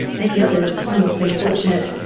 many others aren't so fortunate.